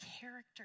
character